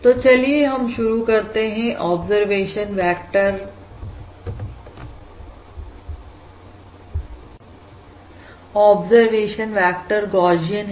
तो चलिए हम शुरू से शुरू करते हैं ऑब्जरवेशन वेक्टर गौशियन है